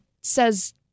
says